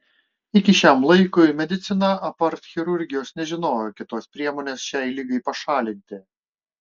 iki šiam laikui medicina apart chirurgijos nežinojo kitos priemonės šiai ligai pašalinti